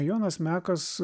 jonas mekas